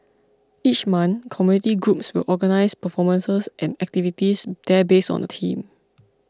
each month community groups will organise performances and activities there based on a theme